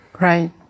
Right